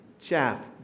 Chaff